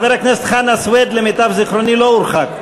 חבר הכנסת חנא סוייד למיטב זיכרוני לא הורחק.